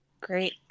Great